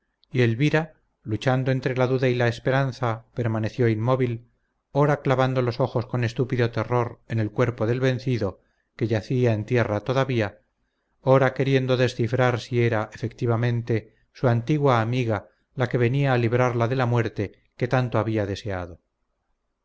y elvira luchando entre la duda y la esperanza permaneció inmóvil ora clavando los ojos con estúpido terror en el cuerpo del vencido que yacía en tierra todavía ora queriendo descifrar si era efectivamente su antigua amiga la que venía a librarla de la muerte que tanto había deseado